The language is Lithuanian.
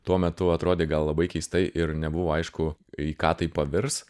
tuo metu atrodė gal labai keistai ir nebuvo aišku į ką tai pavirs